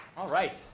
all right.